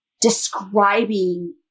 describing